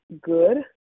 good